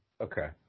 Okay